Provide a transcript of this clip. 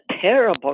terrible